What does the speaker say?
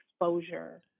exposure